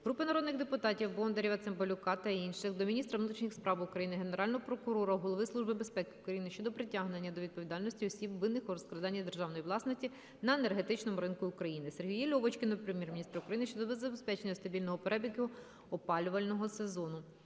Групи народних депутатів (Бондарєва, Цимбалюка та інших) до міністра внутрішніх справ України, Генерального прокурора, Голови Служби безпеки України щодо притягнення до відповідальності осіб, винних у розкраданні державної власності на енергетичному ринку України. Сергія Льовочкіна до Прем'єр-міністра України щодо забезпечення стабільного перебігу опалювального сезону.